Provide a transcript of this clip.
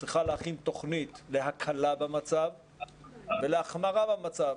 צריכה להכין תוכנית להקלה במצב ולהחמרה במצב.